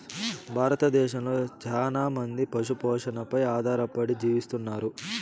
భారతదేశంలో చానా మంది పశు పోషణపై ఆధారపడి జీవిస్తన్నారు